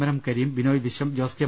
മരം കരീം ബിനോയ് വിശ്വം ജോസ് കെ